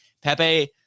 pepe